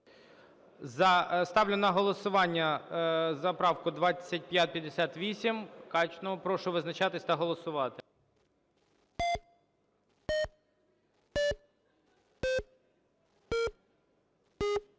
Ставлю на голосування правку 2824. Прошу визначатись та голосувати.